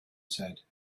said